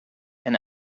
and